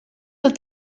der